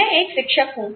मैं एक शिक्षक हूं